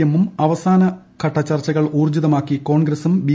എമ്മും അവസാനഘട്ട ചർച്ചകൾ ഊർജിിയുമാക്കി കോൺഗ്രസും ബി